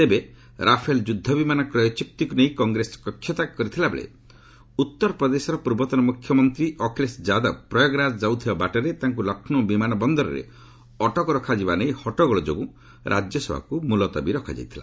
ତେବେ ରାଫେଲ୍ ଯୁଦ୍ଧବିମାନ କ୍ରୟ ଚୂକ୍ତିକ୍ ନେଇ କଂଗ୍ରେସ କକ୍ଷତ୍ୟାଗ କରିଥିଲାବେଳେ ଉତ୍ତର ପ୍ରଦେଶର ପୂର୍ବତନ ମୁଖ୍ୟମନ୍ତ୍ରୀ ଅଖିଳେଶ ଯାଦବ ପ୍ରୟାଗରାଜ ଯାଉଥିବା ବାଟରେ ତାଙ୍କ ଲକ୍ଷ୍ରୌ ବିମାନ ବନ୍ଦର ଅଟକ ରଖାଯିବା ନେଇ ହଟ୍ଟଗୋଳ ଯୋଗୁଁ ରାଜ୍ୟସଭାକୁ ମୁଲତବୀ ରଖାଯାଇଥିଲା